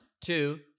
two